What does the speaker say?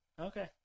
Okay